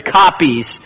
copies